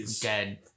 dead